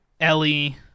Ellie